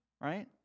right